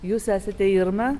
jūs esate irma